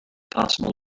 possible